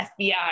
fbi